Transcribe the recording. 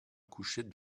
coucher